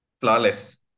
flawless